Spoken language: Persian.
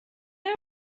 امر